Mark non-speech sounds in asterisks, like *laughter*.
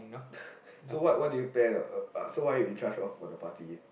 *breath* so what what do you plan so what are you in charge of for the party